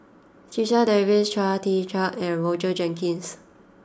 Checha Davies Chia Tee Chiak and Roger Jenkins